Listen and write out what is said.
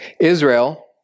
Israel